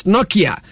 Nokia